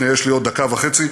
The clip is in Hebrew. ויש לי עוד דקה וחצי,